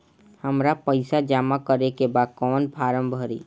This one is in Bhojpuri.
हमरा पइसा जमा करेके बा कवन फारम भरी?